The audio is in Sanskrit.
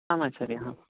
आम् आचार्याः